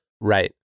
Right